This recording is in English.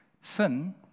Sin